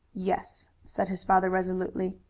yes, said his father resolutely.